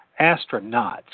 astronauts